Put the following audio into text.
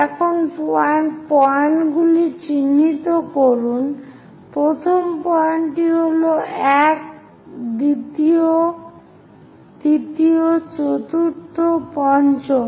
এখন পয়েন্টগুলি চিহ্নিত করুন প্রথম পয়েন্টটি হল এক দ্বিতীয় তৃতীয় চতুর্থ পঞ্চম